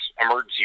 emergency